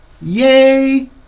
Yay